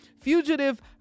Fugitive